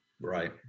right